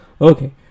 okay